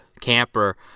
camper